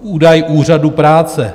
Údaj Úřadu práce.